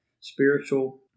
spiritual